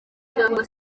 cyangwa